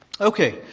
Okay